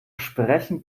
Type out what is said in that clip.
sprechen